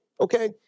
Okay